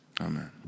Amen